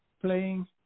Playing